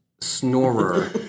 snorer